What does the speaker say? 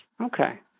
Okay